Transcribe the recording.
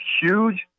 huge